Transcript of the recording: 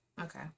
okay